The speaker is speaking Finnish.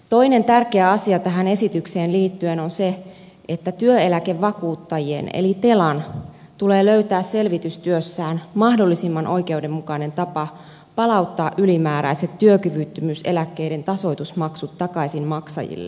toinen tärkeä asia tähän esitykseen liittyen on se että työeläkevakuuttajien eli telan tulee löytää selvitystyössään mahdollisimman oikeudenmukainen tapa palauttaa ylimääräiset työkyvyttömyyseläkkeiden tasoitusmaksut takaisin maksajille